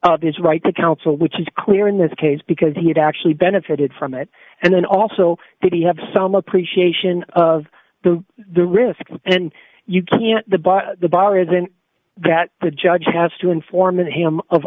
of his right to counsel which is clear in this case because he had actually benefited from it and then also did he have some appreciation of the the risk and you can't the but the bar isn't that the judge has to inform him of